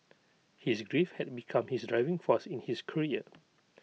his grief had become his driving force in his career